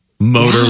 motor